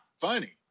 funny